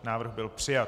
Návrh byl přijat.